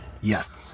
Yes